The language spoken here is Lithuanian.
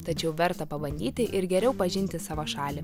tačiau verta pabandyti ir geriau pažinti savo šalį